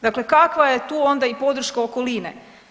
Dakle, kakva je tu onda i podrška okoline.